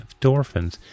endorphins